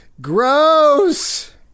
gross